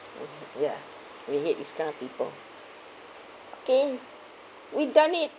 mm ya we hate this kind of people okay we done it